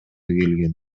келген